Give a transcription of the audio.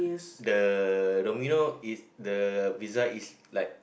the Domino the pizza is like